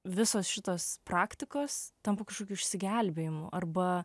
visos šitos praktikos tampa kažkokiu išsigelbėjimu arba